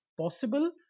possible